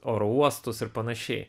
oro uostus ir panašiai